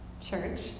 church